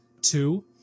Two